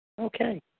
Okay